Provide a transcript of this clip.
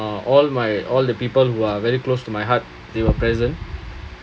uh all my all the people who are very close to my heart they were present